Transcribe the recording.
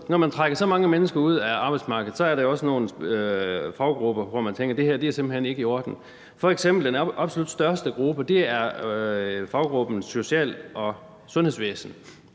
Når man trækker så mange mennesker ud af arbejdsmarkedet, så er der også nogle faggrupper, som man tænker om, at det her simpelt hen ikke er i orden. Den absolut største gruppe er f.eks. faggruppen social- og sundhedsvæsenet.